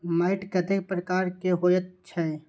मैंट कतेक प्रकार के होयत छै?